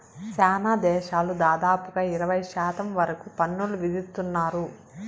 శ్యానా దేశాలు దాదాపుగా ఇరవై శాతం వరకు పన్నులు విధిత్తున్నారు